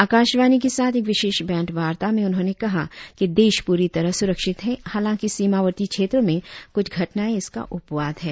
आकाशवाणी के साथ एक विशेष भेंटवार्ता में उन्होंने कहा कि देश प्ररी तरह स्रक्षित है हालांकि सीमावर्ती क्षेत्रों में क्छ घटनाएं इसका अपवाद हैं